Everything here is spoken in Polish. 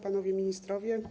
Panowie Ministrowie!